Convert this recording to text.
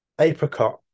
apricot